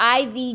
IV